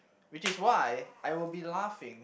which is why I will be laughing